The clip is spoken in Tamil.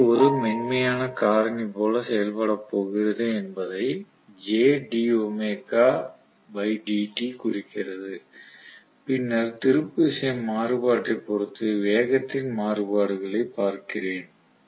J ஒரு மென்மையான காரணி போல செயல்படப் போகிறது என்பதை குறிக்கிறது பின்னர் திருப்பு விசை மாறுபாட்டைப் பொறுத்து வேகத்தின் மாறுபாடுகளைப் பார்க்கிறேன்